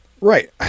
Right